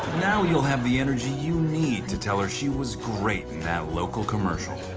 now you'll have the energy you need to tell her she was great in that local commercial.